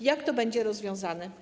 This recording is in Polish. Jak to będzie rozwiązane?